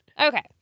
Okay